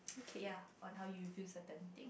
ya on how you feel certain thing